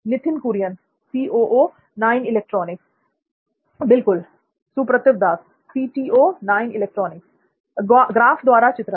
Nithin Kurian Right Nithin Kurian बिल्कुल l सुप्रतिव Das graph द्वारा चित्रण